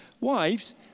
Wives